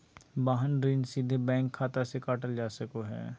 वाहन ऋण सीधे बैंक खाता से काटल जा सको हय